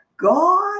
God